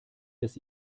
des